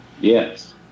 Yes